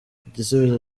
igisubizo